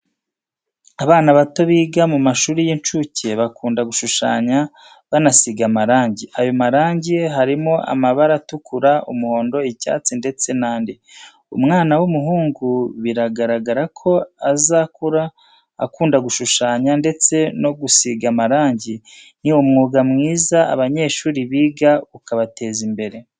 Abana bato biga mu mashuri y'incuke bakunda gushushanya banasiga amarangi, ayo marangi harimo amabara atukura, umuhondo, icyatsi, ndetse n'andi. Umwana w'umuhungu biragaraga ko azakura akunda gushushanya ndetse no gusiga amarange, ni umwuga mwiza abanyeshuri biga ukabateza imbere.